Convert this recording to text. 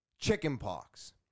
chickenpox